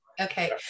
okay